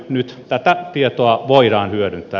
nyt tätä tietoa voidaan hyödyntää